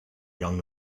young